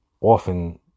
often